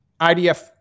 IDF